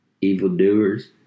evildoers